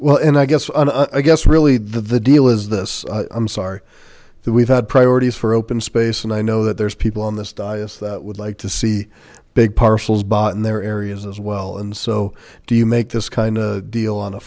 well and i guess i guess really the deal is this i'm sorry that we've had priorities for open space and i know that there are people on this diocese that would like to see big parcels bought in their areas as well and so do you make this kind of deal on